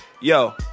Yo